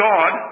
God